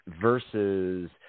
versus